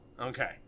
Okay